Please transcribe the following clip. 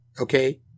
okay